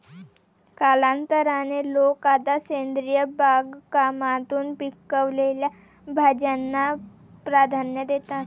कालांतराने, लोक आता सेंद्रिय बागकामातून पिकवलेल्या भाज्यांना प्राधान्य देतात